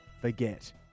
forget